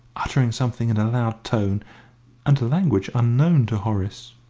uttering something in a loud tone and a language unknown to horace.